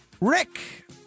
Rick